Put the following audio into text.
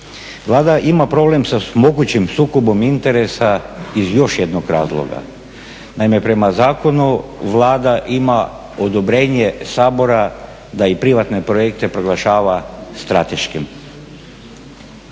Vlada ima problem sa mogućim sukobom interesa iz još jednog razloga. Naime, prema zakonu Vlada ima odobrenje Sabora da i privatne projekte proglašava strateškim.